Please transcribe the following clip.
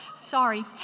Sorry